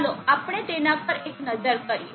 ચાલો આપણે તેના પર એક નજર કરીએ